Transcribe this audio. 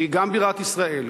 שהיא גם בירת ישראל,